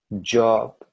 job